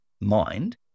mind